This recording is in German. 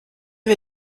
wir